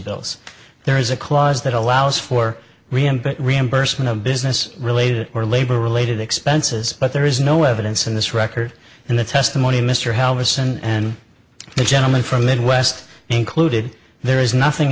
bills there is a clause that allows for reimburse reimbursement of business related or labor related expenses but there is no evidence in this record and the testimony of mr helpless and the gentleman from midwest included there is nothing